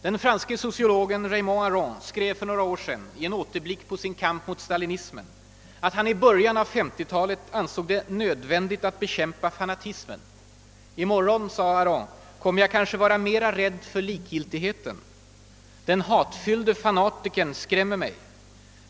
Den franske sociologen Raymond Aron skrev för några år sedan, i en återblick på sin kamp mot stalinismen, att han i början av 1950-talet ansåg det »nödvändigt att bekämpa fanatismen. I morgon kommer jag kanske att vara mer rädd för likgiltigheten. Den hatfyllde fanatikern skrämmer mig.